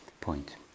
point